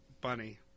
bunny